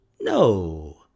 No